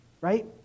right